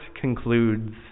concludes